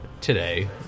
today